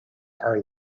are